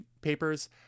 papers